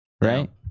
Right